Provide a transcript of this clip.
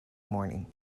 morning